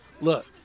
look